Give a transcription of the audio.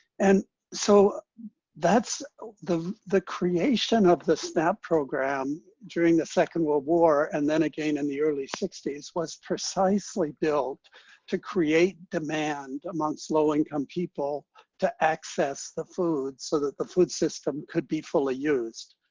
and so the the creation of the snap program during the second world war, and then again in the early sixty s, was precisely built to create demand amongst low income people to access the food so that the food system could be fully used.